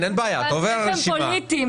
איך הם פוליטיים?